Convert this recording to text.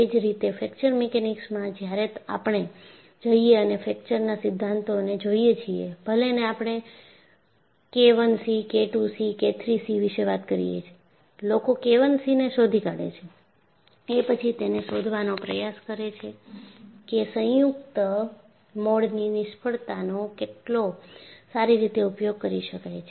એ જ રીતે ફ્રેક્ચર મિકેનિક્સમાં જ્યારે આપણે જઈએ અને ફ્રેક્ચરના સિદ્ધાંતોને જોઈએ છીએ ભલેને આપણે K I c K II c K III c વિશે વાત કરીએ લોકો K I C ને શોધી કાઢે છે એ પછી તેને શોધવાનો પ્રયાસ કરે છે કે સંયુક્ત મોડની નિષ્ફળતાનો કેટલો સારી રીતે ઉપયોગ કરી શકાય છે